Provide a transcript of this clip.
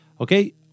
Okay